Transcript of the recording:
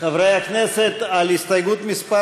חברי הכנסת, הסתייגות מס'